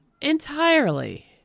Entirely